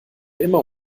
immer